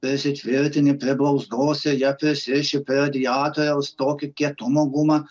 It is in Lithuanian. prisitvirtini prie blauzdos ir ją prisiriši prie radijatoriaus tokio kietumo gumą